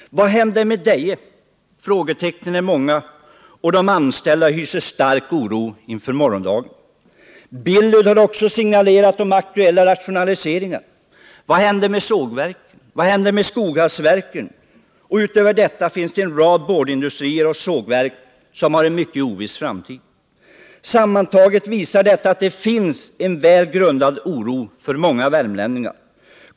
Vad händer med Deje? Frågetecknen är många, och de anställda hyser stark oro inför morgondagen. Billerud har också signalerat aktuella rationaliseringar. Vad händer med sågverken? Vad händer med Skoghalls verken? Dessutom finns det en rad boardindustrier och sågverk som har en mycket oviss framtid. Sammantaget visar detta att det finns grundade anledningar till oro för många värmlänningar.